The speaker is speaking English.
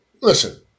Listen